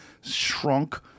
Shrunk